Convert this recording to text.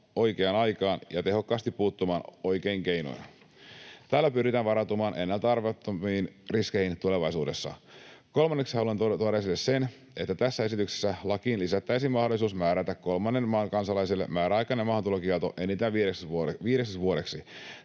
oikeaan aikaan ja tehokkaasti puuttumaan oikein keinoin. Tällä pyritään varautumaan ennalta arvattaviin riskeihin tulevaisuudessa. Kolmanneksi haluan tuoda esille sen, että tässä esityksessä lakiin lisättäisiin mahdollisuus määrätä kolmannen maan kansalaiselle määräaikainen maahantulokielto enintään viideksi vuodeksi.